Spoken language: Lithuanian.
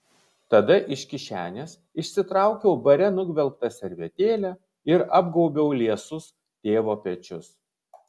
tada iš kišenės išsitraukiau bare nugvelbtą servetėlę ir apgaubiau liesus tėvo pečius